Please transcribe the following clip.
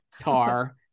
Tar